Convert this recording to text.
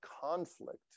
conflict